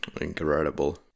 incredible